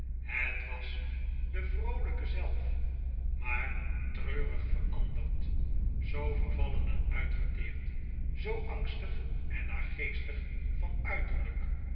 het was de vroolijke zelf maar treurig veranderd zoo vervallen en uitgeteerd zoo angstig en naargeestig van uiterlijk